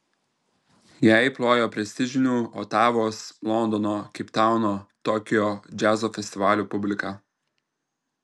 jai plojo prestižinių otavos londono keiptauno tokijo džiazo festivalių publika